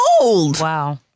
Wow